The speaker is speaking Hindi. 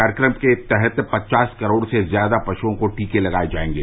कार्यक्रम के तहत पचास करोड़ से ज्यादा पशुओं को टीके लगाए जाएंगे